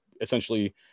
essentially